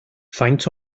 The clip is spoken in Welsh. faint